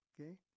okay